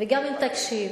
וגם אם תקשיב.